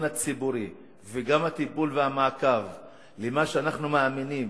הציבורי וגם את הטיפול והמעקב ומה שאנחנו מאמינים